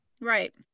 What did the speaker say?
Right